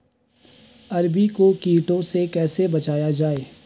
अरबी को कीटों से कैसे बचाया जाए?